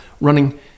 running